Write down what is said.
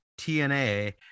tna